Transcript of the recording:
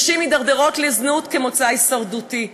נשים מידרדרות לזנות כמוצא הישרדותי,